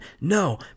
No